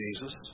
Jesus